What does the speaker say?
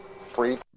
Free